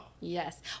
Yes